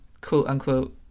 quote-unquote